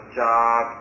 job